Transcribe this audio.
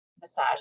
massage